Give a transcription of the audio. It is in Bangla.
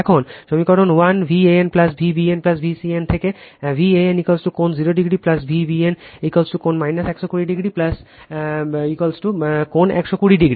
এখন সমীকরণ 1 Van Vbn Vcn থেকে Van কোণ 0 ডিগ্রি Vbn কোণ 120 ডিগ্রি কোণ 120 ডিগ্রি